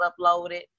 uploaded